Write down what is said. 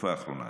בתקופה האחרונה.